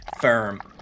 firm